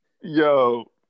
Yo